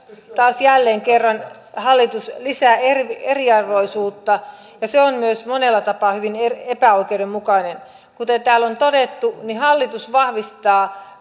taas jälleen kerran hallitus lisää eriarvoisuutta ja se on myös monella tapaa hyvin epäoikeudenmukainen kuten täällä on todettu niin hallitus vahvistaa